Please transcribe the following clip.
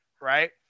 right